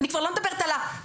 אני לא מדברת על המעטפת,